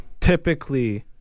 typically